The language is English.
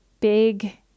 big